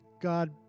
God